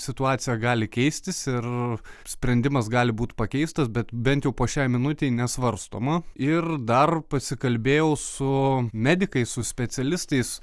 situacija gali keistis ir sprendimas gali būt pakeistas bet bent jau po šiai minutei nesvarstoma ir dar pasikalbėjau su medikais su specialistais